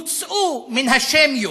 הוצאו מן השמיות,